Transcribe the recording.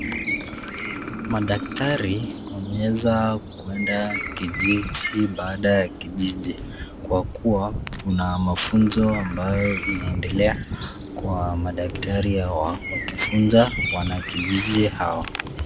Madaktari wameweza kuenda kijiji baada ya kijiji kwa kuwa kuna mafunzo ambayo inaendelea kwa madaktari hawa wakifunza wanakijiji hawa.